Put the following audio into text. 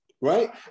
right